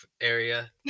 area